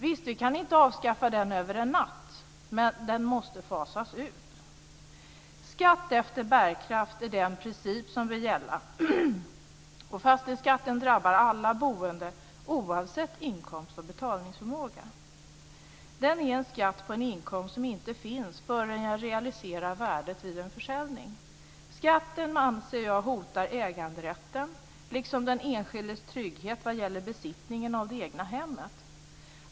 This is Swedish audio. Vi kan inte avskaffa den över en natt, men den måste fasas ut. Skatt efter bärkraft är den princip som bör gälla. Fastighetsskatten drabbar alla boende oavsett inkomst och betalningsförmåga. Den är en skatt på en inkomst som inte finns förrän man realiserar värdet vid en försäljning. Jag anser att skatten hotar äganderätten liksom den enskildes trygghet vad gäller besittningen av det egna hemmet.